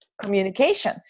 communication